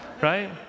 right